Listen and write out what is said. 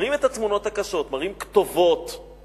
מראים את התמונות הקשות, מראים כתובות נאצה,